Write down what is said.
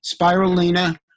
Spirulina